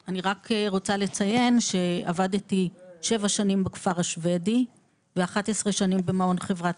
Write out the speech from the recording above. אני רק רוצה לציין שעבדתי שבע שנים בכפר השבדי ו-11 שנים במעון חברת